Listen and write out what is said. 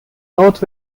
north